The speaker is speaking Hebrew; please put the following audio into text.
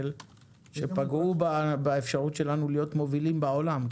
שפגעו באפשרות שלנו להיות מובילים בעולם.